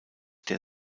der